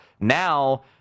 now